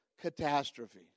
catastrophe